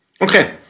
Okay